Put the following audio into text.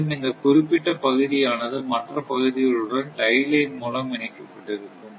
மேலும் இந்த குறிப்பிட்ட பகுதியானது மற்ற பகுதிகளுடன் டை லைன் மூலம் இணைக்கப்பட்டிருக்கும்